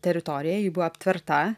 teritorija ji buvo aptverta